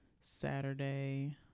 Saturday